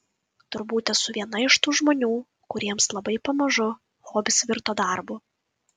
turbūt esu viena iš tų žmonių kuriems labai pamažu hobis virto darbu